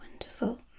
Wonderful